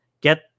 get